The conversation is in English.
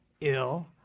ill